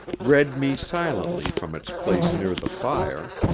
read me silently from its place near the fire,